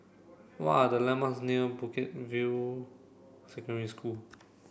what are the landmarks near Bukit View Secondary School